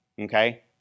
Okay